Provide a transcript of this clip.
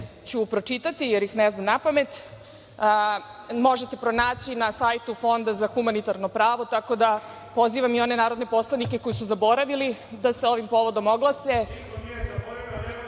ću pročitati, jer ih ne znam napamet možete pronaći na sajtu Fonda za humanitarno pravo tako da pozivam i one narodne poslanike koji su zaboravili da se ovim povodom